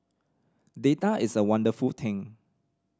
data is a wonderful thing